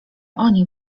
oni